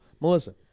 Melissa